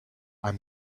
i’m